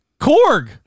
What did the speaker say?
Korg